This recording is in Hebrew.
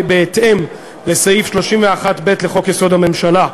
בהתאם לסעיף 31(ב) לחוק-יסוד: הממשלה,